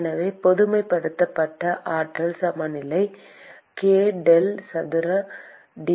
எனவே பொதுமைப்படுத்தப்பட்ட ஆற்றல் சமநிலை கே டெல் சதுர டி